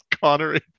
Connery